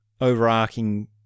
overarching